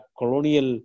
colonial